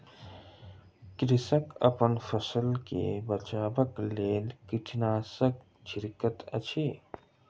कृषक अपन फसिल के बचाबक लेल कीटनाशक छिड़कैत अछि